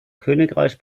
königreich